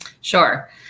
Sure